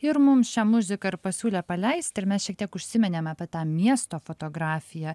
ir mums šią muziką ir pasiūlė paleist ir mes šiek tiek užsiminėm apie tą miesto fotografiją